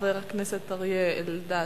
חבר הכנסת אריה אלדד.